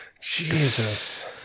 Jesus